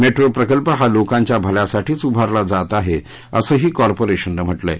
metro प्रकल्प हा लोकांच्या भल्यासाठीच उभारला जात आहे असंही कॉर्पोरेशननं म्हटलंय